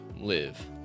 live